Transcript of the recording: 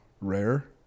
rare